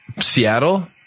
Seattle